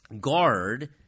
guard